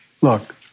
Look